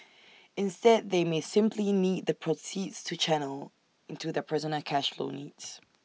instead they may simply need the proceeds to channel into their personal cash flow needs